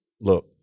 look